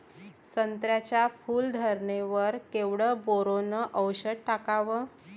संत्र्याच्या फूल धरणे वर केवढं बोरोंन औषध टाकावं?